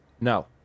No